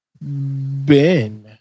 Ben